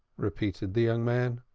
repeated the young man.